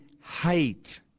height